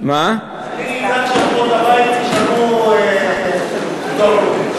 אני אדאג שלעקרות-הבית יהיה פטור מלא.